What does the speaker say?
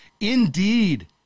Indeed